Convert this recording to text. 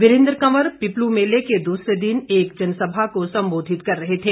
वीरेंद्र कंवर पिपलु मेले के दूसरे दिन एक जनसभा को संबोधित कर रहे थे